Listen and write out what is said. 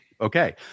okay